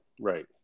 Right